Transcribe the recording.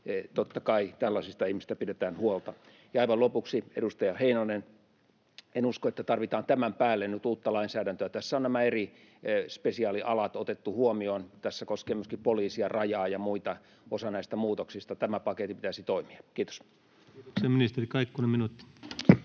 Totta kai tällaisista ihmisistä pidetään huolta. Ja aivan lopuksi, edustaja Heinonen, en usko, että tarvitaan tämän päälle nyt uutta lainsäädäntöä. Tässä on eri spesiaalialat otettu huomioon. Tässä koskee myöskin poliisia, Rajaa ja muita osa näistä muutoksista. Tämän paketin pitäisi toimia. — Kiitos. Kiitoksia. — Ministeri Kaikkonen, minuutti.